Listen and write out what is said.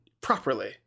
properly